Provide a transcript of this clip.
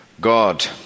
God